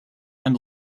and